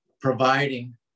Providing